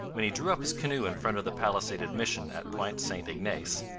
when he drew up his canoe in front of the palisaded mission at point st ignace,